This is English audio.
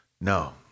No